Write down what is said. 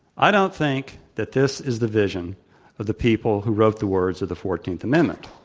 i don't think that this is the vision of the people who wrote the words of the fourteenth amendment